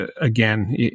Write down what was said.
again